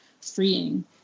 freeing